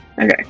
Okay